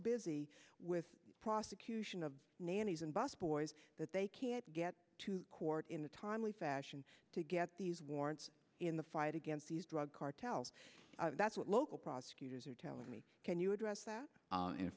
busy with prosecution of nannies and busboys that they can't get to court in a timely fashion to get these warrants in the fight against these drug cartels that's what local prosecutors are telling me can you address that